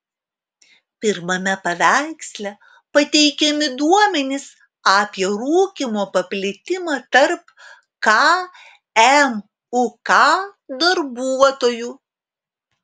pirmame paveiksle pateikiami duomenys apie rūkymo paplitimą tarp kmuk darbuotojų